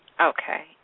Okay